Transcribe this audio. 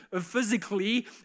physically